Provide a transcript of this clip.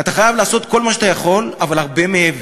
אתה חייב לעשות כל מה שאתה יכול, אבל הרבה מעבר.